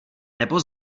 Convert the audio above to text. nebo